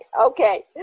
Okay